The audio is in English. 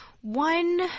one